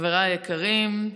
חבריי היקרים,